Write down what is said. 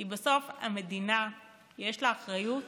כי בסוף למדינה יש אחריות